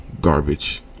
garbage